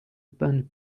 band